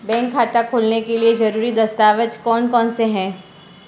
Bank खाता खोलने के लिए ज़रूरी दस्तावेज़ कौन कौनसे हैं?